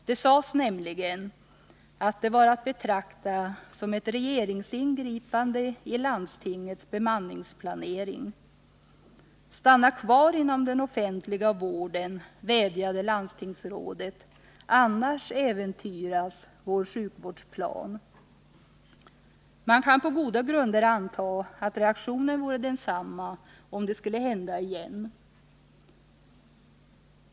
Det sades att det var att betrakta som ett regeringsingripande i landstingens bemanningsplanering. ”Stanna kvar inom den offentliga vården”, vädjade landstingsrådet, ”annars äventyras vår sjukvårdsplan.” Man kan på goda grunder anta, att reaktionen blir densamma om det skulle hända igen.